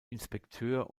inspekteur